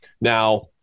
Now